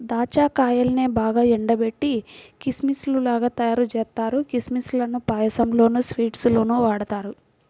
దాచ్చా కాయల్నే బాగా ఎండబెట్టి కిస్మిస్ లుగా తయ్యారుజేత్తారు, కిస్మిస్ లను పాయసంలోనూ, స్వీట్స్ లోనూ వాడతారు